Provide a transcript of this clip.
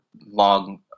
long